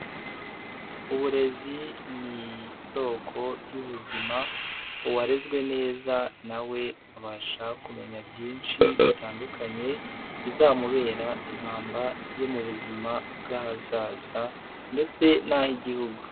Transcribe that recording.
Uburezi ni isoko y'ubuzima, uwarezwe neza na we abasha kumenya byinshi bitandukanye, bizamubera impamba yo mu buzima bw'ahazaza ndetse n'ah'igihugu.